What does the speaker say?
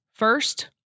First